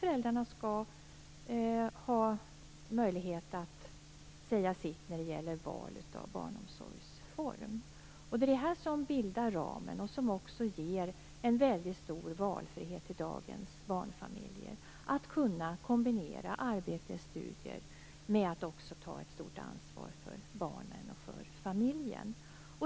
Föräldrarna skall också ha möjlighet att säga sitt när det gäller val av barnomsorgsform. Det är det som bildar ramen. Det ger en väldigt stor valfrihet till dagens barnfamiljer. Man kan kombinera arbete och studier med att också ta ett stort ansvar för barnen och familjen.